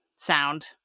Sound